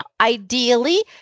ideally